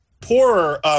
Poorer